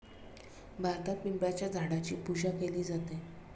भारतात पिंपळाच्या झाडाची पूजा केली जाते